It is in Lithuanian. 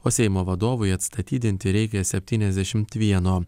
o seimo vadovui atstatydinti reikia septyniasdešimt vieno